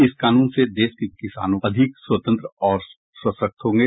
इस कानून से देश के किसान को अधिक स्वतंत्र और सशक्त होंगे